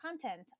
content